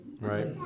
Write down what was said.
right